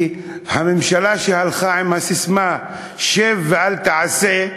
כי הממשלה שהלכה עם הססמה: שב ואל תעשה,